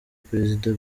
perezida